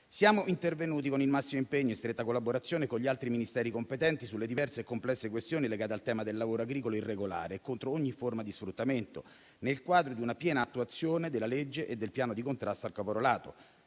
Siamo intervenuti con il massimo impegno, in stretta collaborazione con gli altri Ministeri competenti, sulle diverse e complesse questioni legate al tema del lavoro agricolo irregolare e contro ogni forma di sfruttamento, nel quadro di una piena attuazione della legge e del piano di contrasto al caporalato,